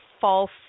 false